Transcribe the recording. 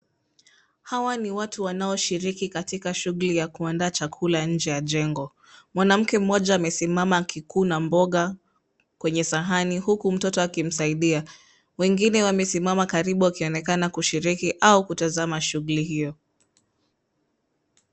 Hawa ni watu wanaoshiriki katika shughuli ya kuandaa chakula nje ya jengo. Mwanamke mmoja amesimama akikuna mboga kwenye sahani huku mtoto akimsaidia. Wengine wamesimama karibu wakionekana kushiriki au kutazama shughuli hiyo.